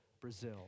Brazil